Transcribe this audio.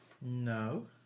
No